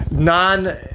non